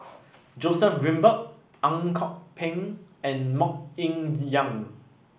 Joseph Grimberg Ang Kok Peng and MoK Ying Jang